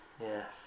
Yes